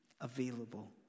available